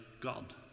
God